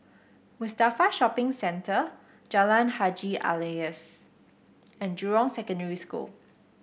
Mustafa Shopping Centre Jalan Haji Alias and Jurong Secondary School